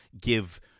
give